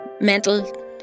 Mental